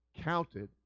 counted